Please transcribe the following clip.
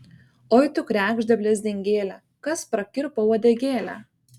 oi tu kregžde blezdingėle kas prakirpo uodegėlę